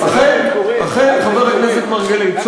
אכן, חבר הכנסת מרגלית.